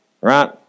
Right